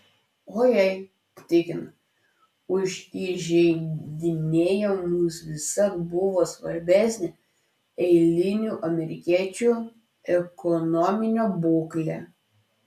o jai tikina už įžeidinėjimus visad buvo svarbesnė eilinių amerikiečių ekonominė būklė